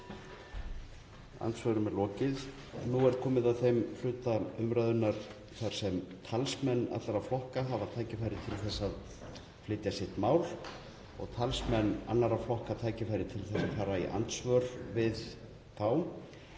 SPEECH_BEGIN Nú er komið að þeim hluta umræðunnar þar sem talsmenn allra flokka hafa tækifæri til þess að flytja sitt mál og talsmenn annarra flokka tækifæri til að fara í andsvör við þá.